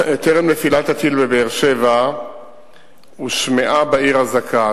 טרם נפילת הטיל בבאר-שבע הושמעה בעיר אזעקה.